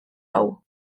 hau